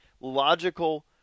logical